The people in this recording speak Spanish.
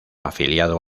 afiliado